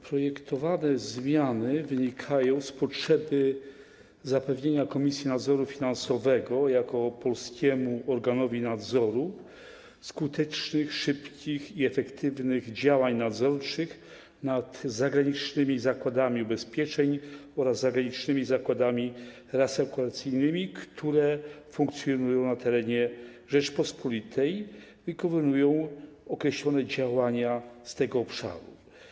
Projektowane zmiany wynikają z potrzeby zapewnienia Komisji Nadzoru Finansowego jako polskiemu organowi nadzoru skutecznych, szybkich i efektywnych działań nadzorczych nad zagranicznymi zakładami ubezpieczeń oraz zagranicznymi zakładami reasekuracyjnymi, które funkcjonują na terenie Rzeczypospolitej i wykonują określone działania z tego obszaru.